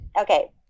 Okay